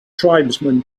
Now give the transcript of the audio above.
tribesmen